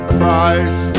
Christ